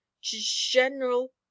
general